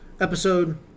episode